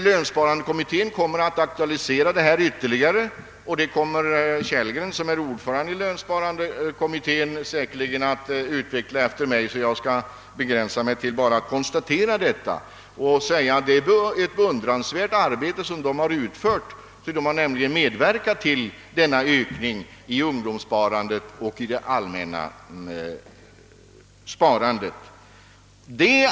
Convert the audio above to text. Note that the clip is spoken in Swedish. Lönsparkommittén kommer att aktualisera detta ytterligare, men det kommer herr Kellgren som är ordförande i lönsparkommittén säkerligen att utveckla senare. Jag skall därför begränsa mig till att konstatera att det är ett beundransvärt arbete kommittén utfört när man medverkat till ökningen av ungdomssparandet och av det allmänna sparandet.